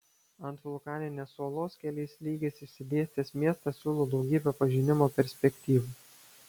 ant vulkaninės uolos keliais lygiais išsidėstęs miestas siūlo daugybę pažinimo perspektyvų